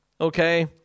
Okay